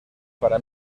para